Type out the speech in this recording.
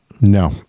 No